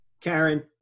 Karen